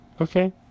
Okay